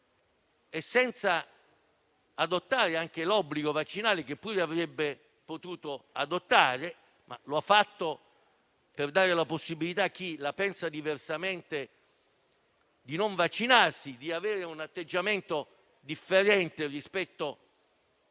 e senza adottare l'obbligo vaccinale, che pure avrebbe potuto adottare; ma lo ha fatto per dare la possibilità a chi la pensa diversamente di non vaccinarsi, di avere un atteggiamento differente rispetto